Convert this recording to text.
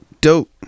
Dope